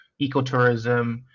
ecotourism